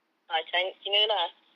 ah chin~ cina lah